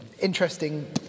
interesting